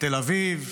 מתל אביב,